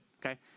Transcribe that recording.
okay